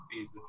easy